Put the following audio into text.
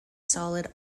solid